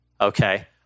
okay